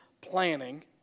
planning